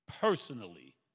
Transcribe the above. personally